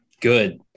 good